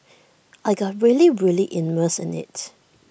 I got really really immersed in IT